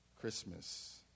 Christmas